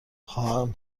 خواهم